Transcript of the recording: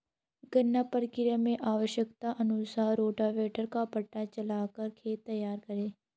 गन्ना प्रक्रिया मैं आवश्यकता अनुसार रोटावेटर व पाटा चलाकर खेत तैयार करें